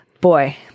boy